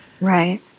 Right